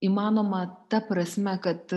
įmanoma ta prasme kad